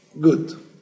good